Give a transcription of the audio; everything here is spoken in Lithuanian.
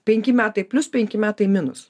penki metai plius penki metai minus